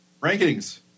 Rankings